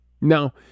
now